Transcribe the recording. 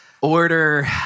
order